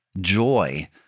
joy